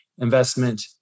investment